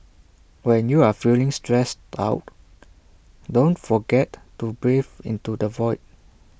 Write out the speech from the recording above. when you are feeling stressed out don't forget to breathe into the void